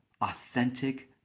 authentic